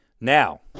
Now